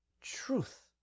truth